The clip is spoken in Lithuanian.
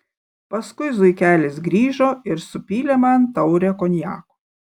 paskui zuikelis grįžo ir supylė man taurę konjako